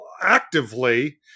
actively